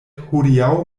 hodiaŭ